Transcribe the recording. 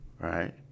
right